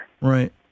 Right